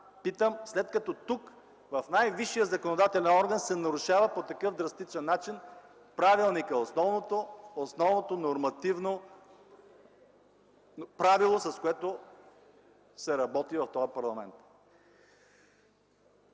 Питам, след като тук в най-висшия законодателен орган се нарушава по такъв драстичен начин правилникът – основното нормативно правило, с което се работи в този парламент.